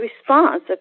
response